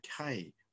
okay